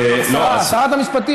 שרת המשפטים,